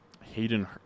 Hayden